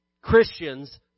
Christians